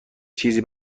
چیزی